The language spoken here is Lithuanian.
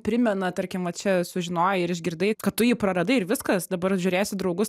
primena tarkim va čia sužinojai ir išgirdai kad tu jį praradai ir viskas dabar žiūrėsi draugus